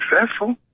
successful